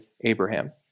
Abraham